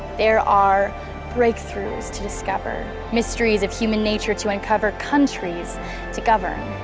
there are breakthroughs to discover, mysteries of human nature to uncover, countries to govern.